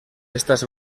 estas